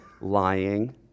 lying